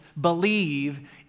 believe